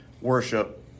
worship